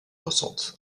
ressentent